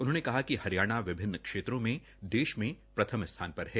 उन्होंने कहा कि हरियाणा विभिन्न क्षेत्रों में देश में प्रथम स्थान पर है